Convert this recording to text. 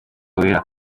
wera